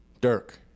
Dirk